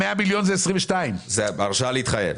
ה-100 מיליון זה לשנת 2022. זאת הרשאה להתחייב.